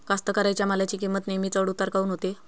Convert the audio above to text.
कास्तकाराइच्या मालाची किंमत नेहमी चढ उतार काऊन होते?